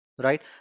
right